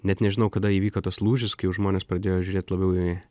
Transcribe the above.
net nežinau kada įvyko tas lūžis kai jau žmonės pradėjo žiūrėt labiau į